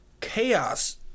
chaos